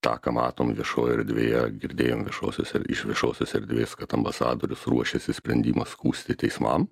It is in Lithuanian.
tą ką matom viešojoj erdvėje girdėjom viešosiose iš viešosios erdvės kad ambasadorius ruošėsi sprendimą skųsti teismam